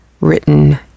written